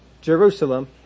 Jerusalem